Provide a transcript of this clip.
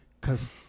Cause